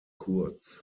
kurz